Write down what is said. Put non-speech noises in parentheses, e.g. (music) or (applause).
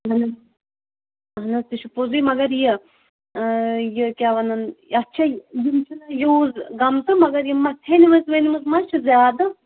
(unintelligible) اہن حظ تہِ چھُ پوٚزُے مگر یہِ یہِ کیٛاہ وَنان یتھ چھےٚ یِم چھِنہٕ یوٗز گمژٕ مگر یِم مَہ ژیٚنِمٕژ ویٚنِمٕژ ما چھِ زیادٕ